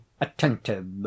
attentive